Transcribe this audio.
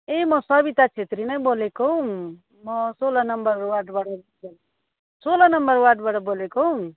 ए म सबिता छेत्री नै बोलेको हौ म सोह्र नम्बर वार्डबाट सोह्र नम्बर वार्डबाट बोलेको हौ